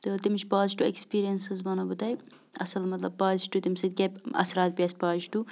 تہٕ تَمِچ positive experience حظ وَنو بہٕ تۄہہِ اَصٕل مطلب پازٹِو تَمہِ سۭتۍ کیٛاہ اَثرات پے اَسہِ پازٹِو